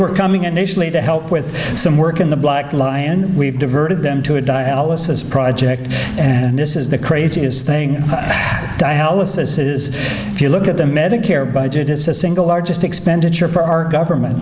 were coming initially to help with some work in the black lion we've diverted them to a dialysis project and this is the craziest thing dialysis is if you look at the medicare budget it's the single largest expenditure for our government